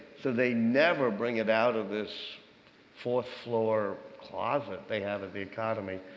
so they never bring it out of this fourth-floor closet they have at the accademia.